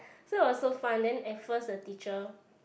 so it was so fun then at first the teacher